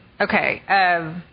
Okay